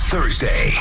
Thursday